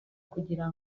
kugira